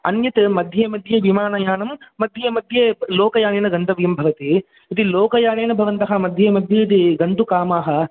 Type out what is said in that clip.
अन्यत् मध्ये मध्ये विमानयानं मध्ये मध्ये लोकयानेन गन्तव्यं भवति यदि लोकयाने भवन्तः मध्ये मध्ये यदि गन्तुकामाः